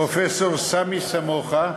אנחנו פנינו לפרופסור סמי סמוחה,